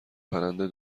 پرنده